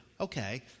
Okay